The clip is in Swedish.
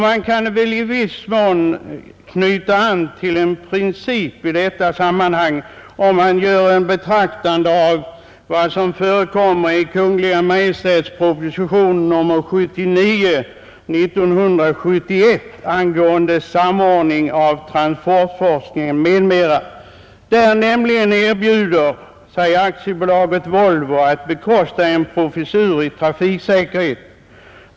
Man kan väl i viss mån knyta an till den principen i detta sammanhang genom att ta i betraktande vad som förekommer i Kungl. Maj:ts proposition nr 79 år 1971 angående samordning av transportforskningen, m.m. Där erbjuder sig nämligen AB Volvo att bekosta en professur i trafiksäkerhet.